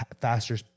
faster